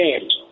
games